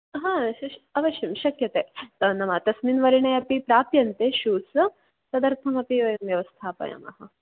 आम् श अवश्यं शक्यते नाम तस्मिन् वर्णे अपि प्राप्यन्ते शूस् तदर्थमपि वयं व्यवस्थापयामः